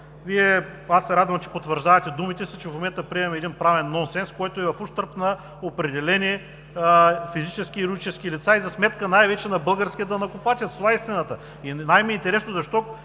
Аз се радвам, че потвърждавате думите си, че в момента приемаме един правен нонсенс, който е в ущърб на определени физически и юридически лица и за сметка най-вече на българския данъкоплатец. Това е истината! Интересно ми